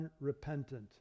unrepentant